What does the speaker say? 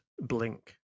blink